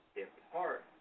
depart